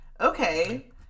okay